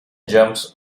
jumps